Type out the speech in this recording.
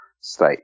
state